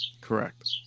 Correct